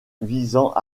visant